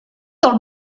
del